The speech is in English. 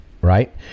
right